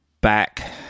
back